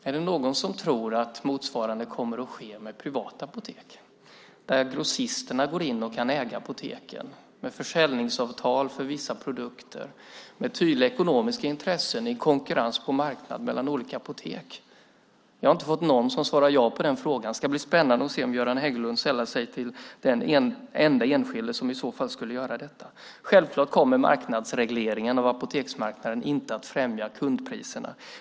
Är det någon som tror att motsvarande kommer att ske med privata apotek där grossisterna går in och kan äga apotek med försäljningsavtal för vissa produkter, med tydliga ekonomiska intressen i konkurrens på en marknad mellan olika apotek? Jag har inte hört någon svara ja på den frågan. Det ska bli spännande att se om Göran Hägglund blir den enda enskilde som i så fall skulle göra det. Självklart kommer marknadsregleringen av apoteksmarknaden inte att främja kundpriserna.